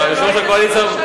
יושב-ראש הקואליציה,